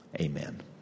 amen